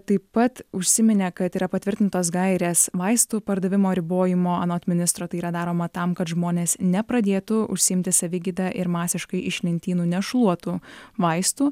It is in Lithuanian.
taip pat užsiminė kad yra patvirtintos gairės vaistų pardavimo ribojimo anot ministro tai yra daroma tam kad žmonės nepradėtų užsiimti savigyda ir masiškai iš lentynų nešluotų vaistų